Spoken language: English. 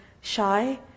shy